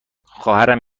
خواهرم